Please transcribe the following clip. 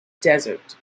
desert